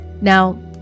Now